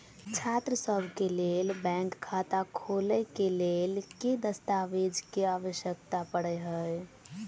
छात्रसभ केँ लेल बैंक खाता खोले केँ लेल केँ दस्तावेज केँ आवश्यकता पड़े हय?